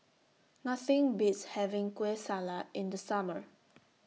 Nothing Beats having Kueh Salat in The Summer